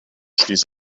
stieß